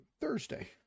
thursday